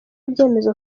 ibyemezo